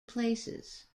places